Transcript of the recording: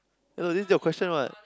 eh no this your question [what]